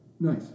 Nice